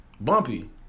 Bumpy